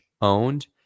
owned